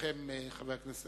חברת הכנסת